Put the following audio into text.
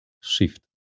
shift